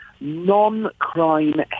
non-crime